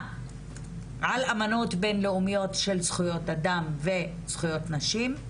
על אמנות בינלאומיות של זכויות אדם וזכויות נשים,